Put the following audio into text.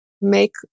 make